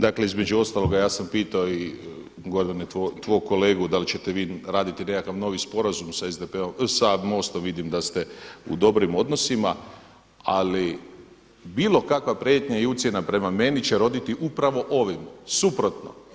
Dakle između ostaloga ja sam pitao i Gordane tvog kolegu dal ćete vi raditi nekakav novi sporazum sa MOST-om, vidim da ste u dobrim odnosima, ali bilo kakva prijetnja ili ucjena prema meni će roditi upravo ovim suprotno.